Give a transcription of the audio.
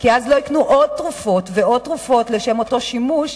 כי אז לא יקנו עוד תרופות ועוד תרופות לשם אותו שימוש,